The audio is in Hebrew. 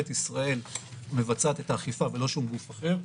ישראל מבצעת את האכיפה ולא שום גוף אחר.